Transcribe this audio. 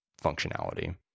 functionality